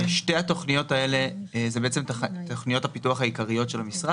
התוכניות האלה הן בעצם תוכניות הפיתוח העיקריות של המשרד